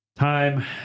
Time